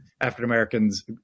African-Americans